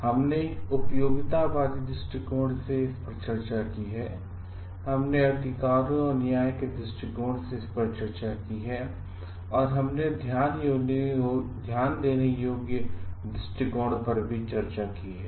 और हमने उपयोगितावादी दृष्टिकोण से इस पर चर्चा की है हमने अधिकारों और न्याय के दृष्टिकोण से इस पर चर्चा की है और हमने ध्यान देने योग्य दृष्टिकोण पर भी चर्चा की है